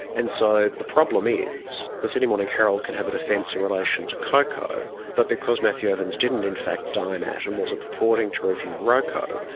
and so the problem is the sydney morning herald can have a defence in relation to coco, but because matthew evans didn't in fact dine at and wasn't purporting to review roco,